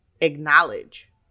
acknowledge